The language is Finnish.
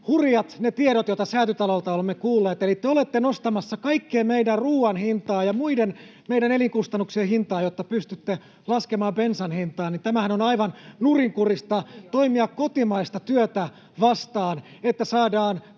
hurjat ne tiedot, joita Säätytalolta olemme kuulleet, että te olette nostamassa kaikkien meidän ruuan hintaa ja meidän elinkustannuksien hintaa, jotta pystytte laskemaan bensan hintaa. Tämähän on aivan nurinkurista: toimitaan kotimaista työtä vastaan, että saadaan